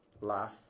laugh